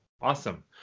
Awesome